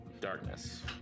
darkness